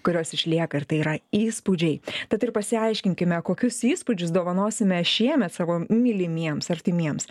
kurios išlieka ir tai yra įspūdžiai tad ir pasiaiškinkime kokius įspūdžius dovanosime šiemet savo mylimiems artimiems